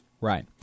Right